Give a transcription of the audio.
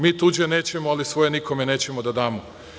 Mi tuđe nećemo, ali svoje nikome nećemo da damo.